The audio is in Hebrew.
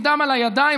עם דם על הידיים,